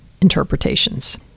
interpretations